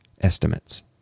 estimates